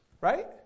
Right